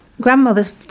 Grandmother's